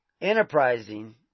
enterprising